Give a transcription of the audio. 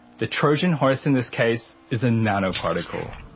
the trojan horse in this case is a nanoparticle.